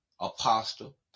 apostle